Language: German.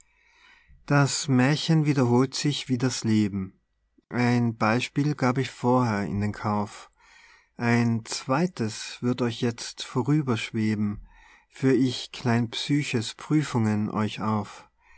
das mährchen wiederholt sich wie das leben ein beispiel gab ich vorher in den kauf ein zweites wird euch jetzt vorüberschweben führ ich klein psyches prüfungen euch auf